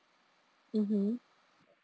mmhmm